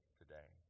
today